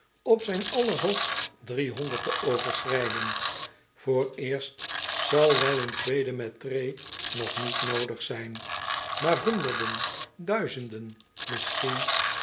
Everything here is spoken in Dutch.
op zijn allerhoogst te overschrijden vooreerst zal wel een tweede mettray nog niet noodig zijn maar honderden duizenden misschien